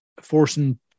forcing